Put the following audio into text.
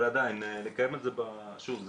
שוב,